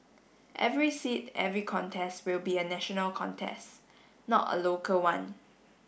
every seat every contest will be a national contest not a local one